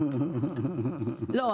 לא,